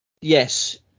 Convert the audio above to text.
yes